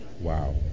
Wow